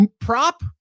Prop